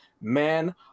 man